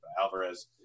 Alvarez